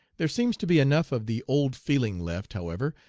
there seems to be enough of the old feeling left, however,